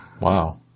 Wow